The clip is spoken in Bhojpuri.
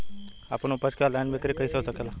आपन उपज क ऑनलाइन बिक्री कइसे हो सकेला?